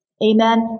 Amen